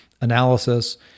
analysis